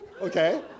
okay